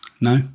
no